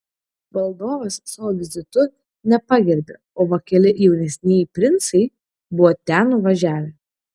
valdovas savo vizitu nepagerbė o va keli jaunesnieji princai buvo ten nuvažiavę